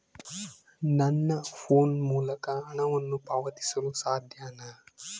ನನ್ನ ಫೋನ್ ಮೂಲಕ ಹಣವನ್ನು ಪಾವತಿಸಲು ಸಾಧ್ಯನಾ?